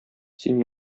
син